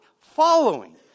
following